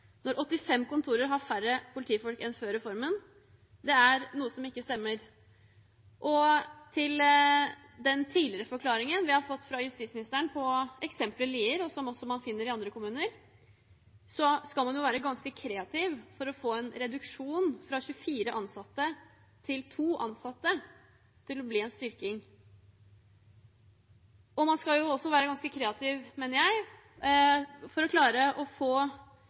når 85 kontorer har færre politifolk enn før reformen. Det er noe som ikke stemmer. Til den tidligere forklaringen vi har fått fra justisministeren på eksempelet Lier, som man også finner i andre kommuner: Man skal være ganske kreativ for å få en reduksjon fra 24 ansatte til 2 ansatte til å bli en styrking. Man skal også være ganske kreativ, mener jeg, for å klare å få